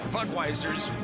Budweiser's